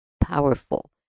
powerful